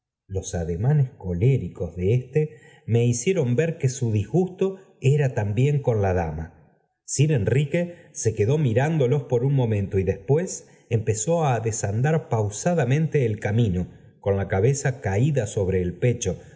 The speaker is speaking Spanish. los ademanes coléricos de éste me hicieron ver que su disgusto era también con la dama sir enrique se quedó mirá dolos por un momn íamtoítín s emp k á desandar pausadamente el camino con la cabeza caída sobre el pecho